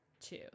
two